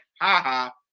ha-ha